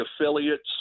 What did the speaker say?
affiliates